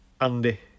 Andy